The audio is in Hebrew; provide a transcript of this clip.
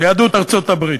ליהדות ארצות-הברית.